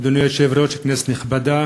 אדוני היושב-ראש, כנסת נכבדה,